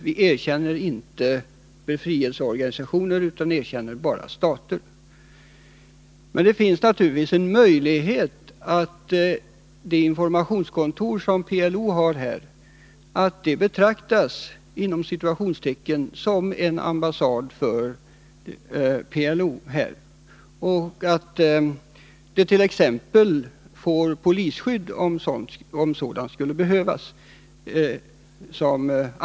Vi erkänner inte befrielseorganisationer, utan vi erkänner bara stater. Men självfallet finns det en möjlighet att det informationskontor som PLO har här betraktas som en ”ambassad” för PLO, som — i likhet med andra ambassader här —t.ex. får polisstöd om sådant skulle behövas.